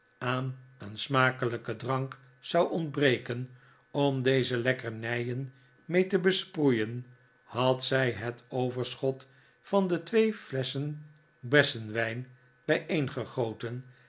aan een smakelijken drank zou ontbreken om deze lekkernijen mee te besproeien had zij het overschot van de twee f lesschen bessenwij